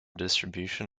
distribution